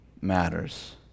matters